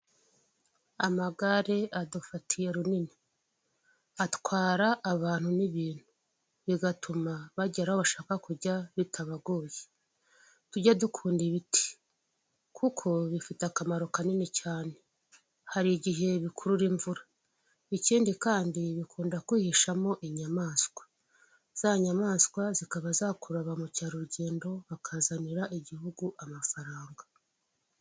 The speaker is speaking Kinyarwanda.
Amagare adufatiye runini, atwara abantu n'ibintu bigatuma bagera aho bashaka kujya bitabagoye tujye dukunda ibiti kuko bifite akamaro kanini cyane hari igihe bikurura imvura ikindi kandi bikunda kwihishamo inyamaswa za nyamaswa zikaba zakurura ba mukerarugendo bakazanira igihugu amafaranga.